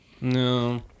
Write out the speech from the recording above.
No